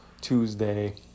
Tuesday